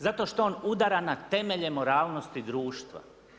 Zato što on udara na temelje moralnosti društva.